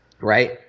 right